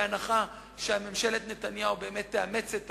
בהנחה שממשלת נתניהו תאמץ את